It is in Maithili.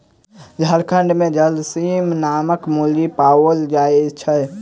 झारखंड मे झरसीम नामक मुर्गी पाओल जाइत छै